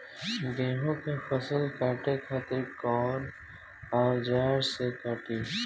गेहूं के फसल काटे खातिर कोवन औजार से कटी?